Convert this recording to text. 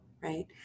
Right